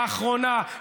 האחרונה.